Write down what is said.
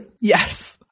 Yes